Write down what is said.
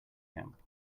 camp